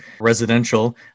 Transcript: residential